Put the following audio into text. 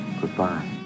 Goodbye